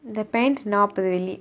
the pant நாப்பது வெள்ளி:naappathu velli